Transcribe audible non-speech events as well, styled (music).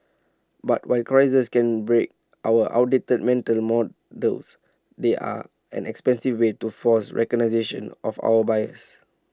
but while crises can break our outdated mental models they are an expensive way to force (unintelligible) of our biases